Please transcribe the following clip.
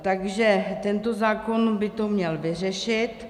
Takže tento zákon by to měl vyřešit.